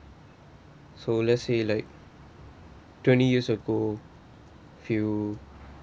so let's say like twenty years ago few